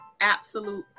absolute